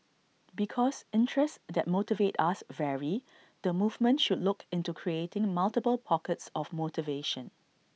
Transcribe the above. because interests that motivate us vary the movement should look into creating multiple pockets of motivation